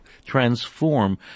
transform